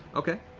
okay.